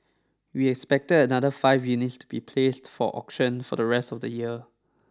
we expected another five units to be placed for auction for the rest of the year